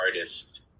artist